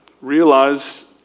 Realize